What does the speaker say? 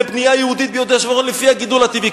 לבנייה יהודית ביהודה ושומרון לפי הגידול הטבעי.